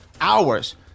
hours